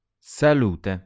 Salute